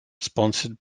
sponsored